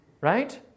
right